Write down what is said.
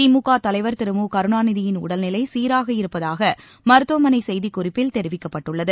திமுக தலைவர் திரு மு கருணாநிதியின் உடல்நிலை சீராக இருப்பதாக மருத்துவமனை செய்திக்குறிப்பில் தெரிவிக்கப்பட்டுள்ளது